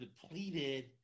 depleted